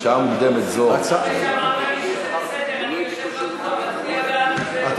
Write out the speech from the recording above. בשעה שאנחנו מצליחים להפחית בשנים האחרונות באופן הכי חד,